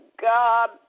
God